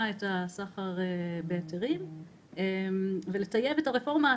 את הסחר בהיתרים ולטייב את הרפורמה,